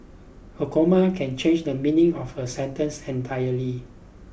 a comma can change the meaning of a sentence entirely